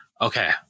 Okay